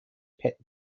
pet